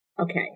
Okay